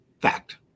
Fact